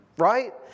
right